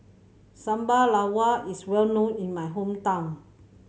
sambal is well known in my hometown